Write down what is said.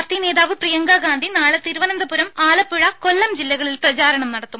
party നേതാവ് പ്രിയങ്ക ഗാന്ധി നാളെ തിരുവനന്തപുരം ആലപ്പുഴകൊല്ലം ജില്ലകളിൽ പ്രചാരണ പര്യടനം നടത്തും